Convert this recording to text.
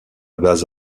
base